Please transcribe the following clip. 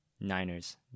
Niners